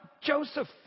Joseph